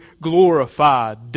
glorified